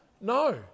No